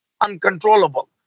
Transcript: uncontrollable